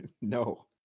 no